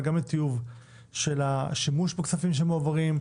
אבל גם לטיוב של השימוש בכספים שמועברים,